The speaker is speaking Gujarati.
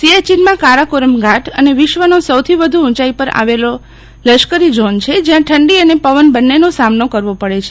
સીયાચીનમાં કારાકોરમ ઘાટ અને વિશ્વનો સૌથી વ્ધુ ઉંચાઇ પર આવેલો લશ્કરી ઝોન છે જયાં ઠંડી અને પવન બંનેનો સામનો કરવો પડે છે